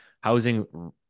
housing